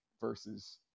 versus